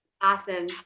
Awesome